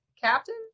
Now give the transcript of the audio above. captain